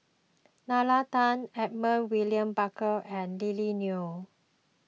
Nalla Tan Edmund William Barker and Lily Neo